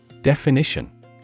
Definition